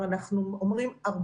אומרים להם